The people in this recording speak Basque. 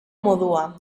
modua